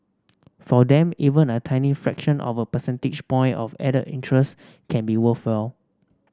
for them even a tiny fraction of a percentage point of added interest can be worthwhile